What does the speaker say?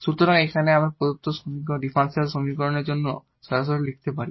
সুতরাং এখানে আমরা প্রদত্ত ডিফারেনশিয়াল সমীকরণের জন্য সরাসরি লিখতে পারি